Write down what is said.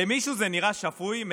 למישהו זה נראה שפוי,